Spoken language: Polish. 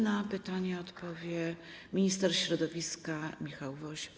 Na pytanie odpowie minister środowiska Michał Woś.